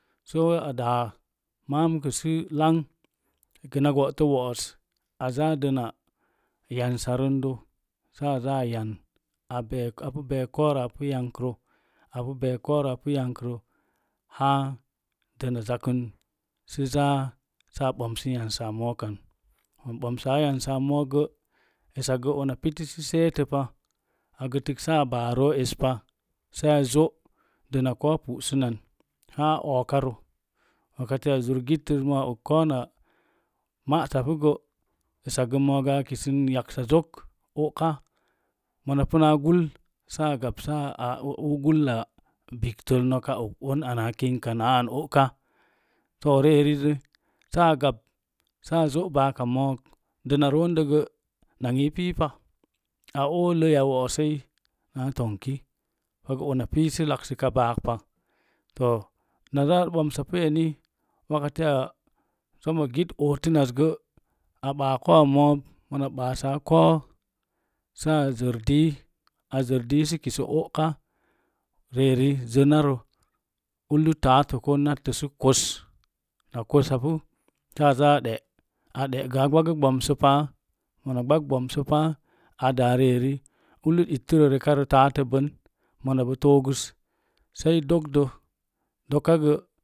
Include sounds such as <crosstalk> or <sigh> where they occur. <unintelligible> mam gəsə lang gəna bòtə wo'os azaa dəna yansarəndə saa zaa ayan apu beek koupro apu beek koupro apu yankrə haa dəna zakn sə zaa sə a ɓamsən yansan mona ɓamsaa yansaa mookgə esakgə una piti sə seetə pa a gətək saa baaro espa a zo’ dəna kou pu'sənnan haa ookaro wakate a zur gittəz kouna ma'sapugə zo'o'ka mona puna gull saa gab saa uu gulla gittəl nok a og'on ana a kinkau a nan o'ka too ri erizə saa gap saa zo' baala mook dəna roon dəgə nangyi i pii pa a oo ləiya wo'ossəi naatongki nok kaa iisi laksəka baakpa to mona zaa ɓomsa pu a eni sommo git oǒlən nazgə a ɓaa koo moob mona ɓaasapu koub saa zərdii a zərdii sə kisə o'ka ri'erè zinarə ullət taattə ko nattə na kossapu sə azaaa a ɗe’ mona ɗe’ a ɓaggə ɓamsə paa daari eri ullit ittərə nekaro tattə bən mona bo toogus gə. <unintelligible>